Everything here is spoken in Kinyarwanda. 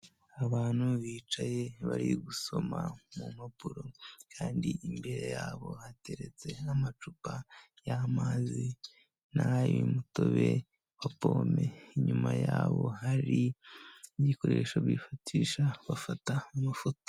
Abantu bicaye bari gusoma mu mpapuro; kandi imbere yabo hateretse amacupa y'amazi n'ay'umutobe wa pome. Inyuma yabo hari igikoresho bifatisha bafata amafoto.